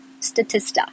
Statista